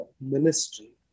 ministry